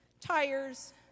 tires